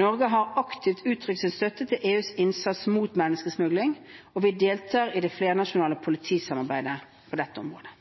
Norge har aktivt uttrykt sin støtte til EUs innsats mot menneskesmugling, og vi deltar i det flernasjonale politisamarbeidet på dette området.